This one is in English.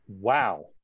Wow